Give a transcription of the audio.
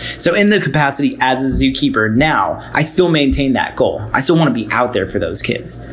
so in the capacity as a zookeeper now, i still maintain that goal. i still want to be out there for those kids.